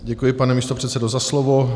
Děkuji, pane místopředsedo, za slovo.